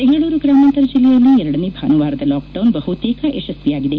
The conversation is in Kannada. ಬೆಂಗಳೂರು ಗ್ರಾಮಾಂತರ ಜಿಲ್ಲೆಯಲ್ಲಿ ಎರಡನೇ ಭಾನುವಾರದ ಲಾಕ್ಡೌನ್ ಬಹುತೇಕ ಯಶಸ್ವಿಯಾಗಿದೆ